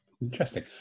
Interesting